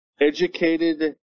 educated